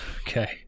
Okay